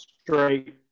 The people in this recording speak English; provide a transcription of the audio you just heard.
straight